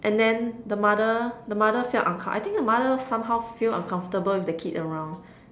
and then the mother the mother felt uncom~ I think the mother somehow feel uncomfortable with the kid around